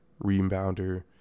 rebounder